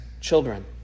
children